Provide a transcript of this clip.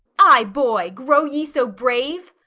ay, boy, grow ye so brave?